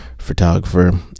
photographer